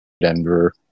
Denver